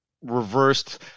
reversed